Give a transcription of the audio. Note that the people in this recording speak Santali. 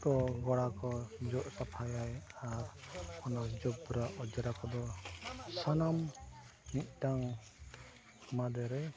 ᱛᱚᱞ ᱜᱚᱲᱟ ᱠᱚᱭ ᱡᱚᱜ ᱥᱟᱯᱷᱟᱭᱟᱭ ᱟᱨ ᱚᱱᱟ ᱡᱚᱵᱽᱨᱟ ᱚᱡᱽᱨᱟ ᱠᱚᱫᱚ ᱥᱟᱱᱟᱢ ᱢᱤᱫᱴᱟᱝ ᱢᱟᱫᱮᱨᱮ